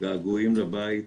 געגועים לבית.